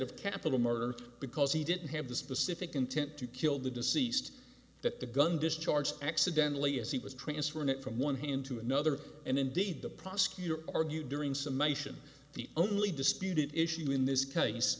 of capital murder because he didn't have the specific intent to kill the deceased that the gun discharged accidentally as he was transferring it from one hand to another and indeed the prosecutor argued during summation the only disputed issue in this case